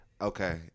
Okay